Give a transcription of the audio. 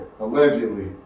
allegedly